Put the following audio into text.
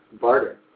Barter